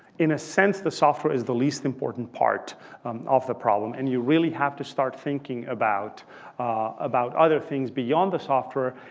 in a sense, the software is the least important part of the problem. and you really have to start thinking about about other things beyond the software.